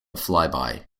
flyby